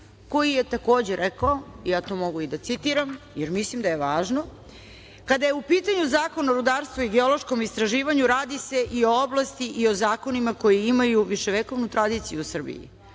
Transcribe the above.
koji je takođe rekao, ja to mogu i da citiram, jer mislim da je važno, kada je pitanju Zakon o rudarstvu i geološkom istraživanju, radi se i o oblasti i o zakonima koji imaju viševekovnu tradiciju u Srbiji.